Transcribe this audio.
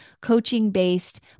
coaching-based